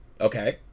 okay